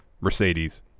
Mercedes